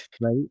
right